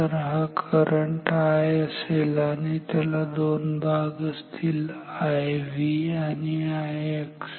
तर हा current I असेल आणि त्याला दोन भाग असतील Iv आणि Ix